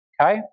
Okay